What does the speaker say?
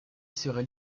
serait